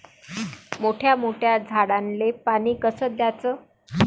मोठ्या मोठ्या झाडांले पानी कस द्याचं?